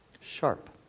sharp